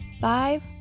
five